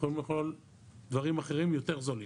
יכולים לאכול דברים אחרים יותר זולים'